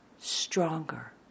stronger